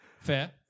fair